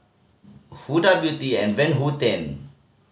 Huda Beauty and Van Houten